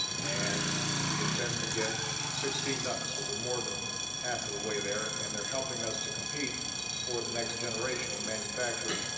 and we intend to get sixteen done. so, we're more than half of the way there, and they're helping us to compete for the next generation of manufacturing.